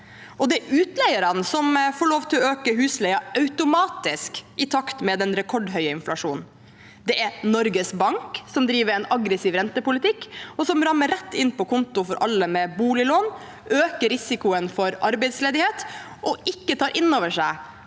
Det er utleierne som får lov til å øke husleien automatisk, i takt med den rekordhøye inflasjonen. Det er Norges Bank som driver en aggressiv rentepolitikk, noe som rammer rett inn på kontoen for alle med boliglån, øker risikoen for arbeidsledighet og ikke tar inn over seg